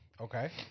Okay